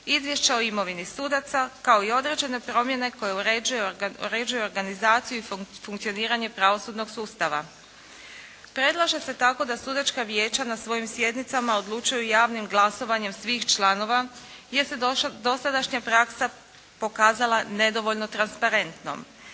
izvješća o imovini sudaca kao i određene promjene koje uređuje organizaciju i funkcioniranje pravosudnog sustava. Predlaže se tako da sudačka vijeća na svojim sjednicama odlučuju javnim glasovanjem svih članova jer se dosadašnja praksa pokazala nedovoljno transparentnom.